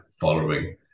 following